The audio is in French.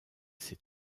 ses